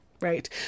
right